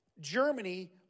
Germany